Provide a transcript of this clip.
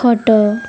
ଖଟ